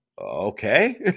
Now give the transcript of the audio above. Okay